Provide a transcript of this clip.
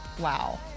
Wow